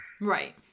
right